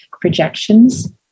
projections